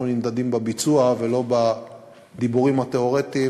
אנחנו נמדדים בביצוע ולא בדיבורים התיאורטיים.